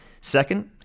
Second